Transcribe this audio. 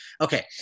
Okay